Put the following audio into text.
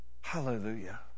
Hallelujah